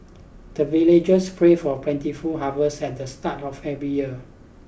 the villagers pray for plentiful harvest at the start of every year